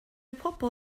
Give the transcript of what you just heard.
pobol